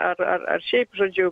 ar ar ar šiaip žodžiu